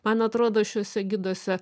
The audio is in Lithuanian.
man atrodo šiuose giduose